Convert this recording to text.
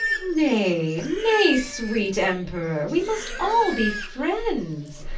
nay, nay, sweet emperor, we must all be friends.